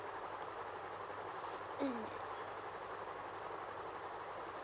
mm